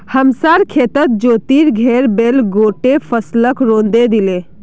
हमसार खेतत ज्योतिर घेर बैल गोट्टे फसलक रौंदे दिले